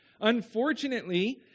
Unfortunately